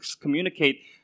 communicate